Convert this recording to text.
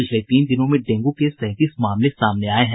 पिछले तीन दिनों में डेंगू के सैंतीस मामले सामने आये हैं